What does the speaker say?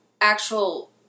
actual